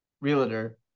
realtor